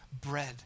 bread